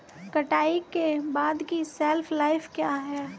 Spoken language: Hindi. कटाई के बाद की शेल्फ लाइफ क्या है?